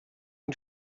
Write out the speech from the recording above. une